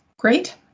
Great